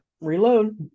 reload